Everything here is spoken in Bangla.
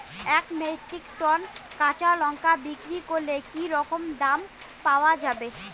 এক মেট্রিক টন কাঁচা লঙ্কা বিক্রি করলে কি রকম দাম পাওয়া যাবে?